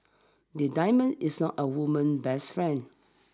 the diamond is not a woman's best friend